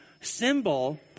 symbol